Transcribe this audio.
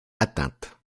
atteintes